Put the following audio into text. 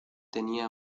tenía